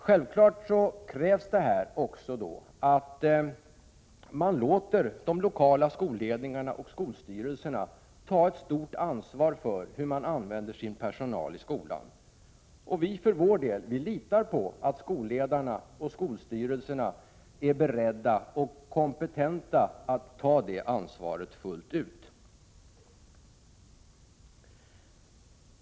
Självfallet krävs här att man låter de lokala skolledningarna och skolstyrelserna ta ett stort ansvar för hur man använder sin personal i skolan. Vi litar på att skolledningarna och skolstyrelserna är beredda och kompetenta att ta det ansvaret fullt ut.